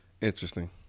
Interesting